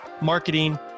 marketing